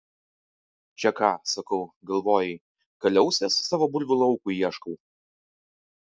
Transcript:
čia ką sakau galvojai kaliausės savo bulvių laukui ieškau